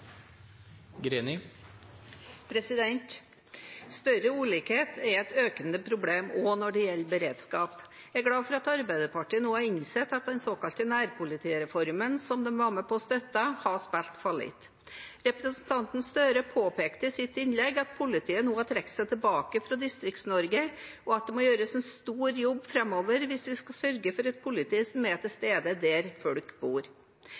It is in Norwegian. et økende problem også når det gjelder beredskap. Jeg er glad for at Arbeiderpartiet nå har innsett at den såkalte nærpolitireformen, som de var med og støttet, har spilt fallitt. Representanten Gahr Støre påpekte i sitt innlegg at politiet nå har trukket seg tilbake fra Distrikts-Norge, og at det må gjøres en stor jobb framover for å sørge for et politi som er til stede der folk bor.